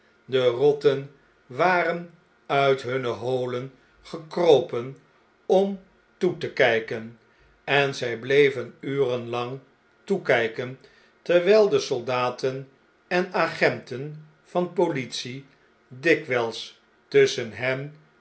de rotten waren uit hunne holen gekropen om toe te kpen en zg bleven uren iang toekpen terwjjl soldaten en agenten van politie dikwjjls tusschen hen